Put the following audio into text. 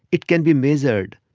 it can be measured.